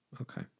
Okay